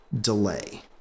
delay